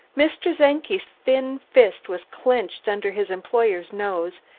mr. czenki's thin fist was clenched under his employer's nose,